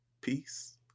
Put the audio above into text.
Peace